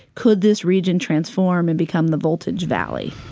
could this region transform and become the voltage valley?